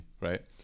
right